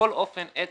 בכל אופן את